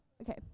Okay